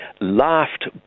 laughed